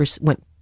went